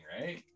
right